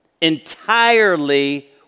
Entirely